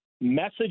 Message